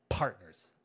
Partners